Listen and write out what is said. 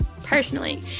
personally